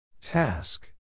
Task